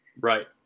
Right